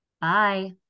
Bye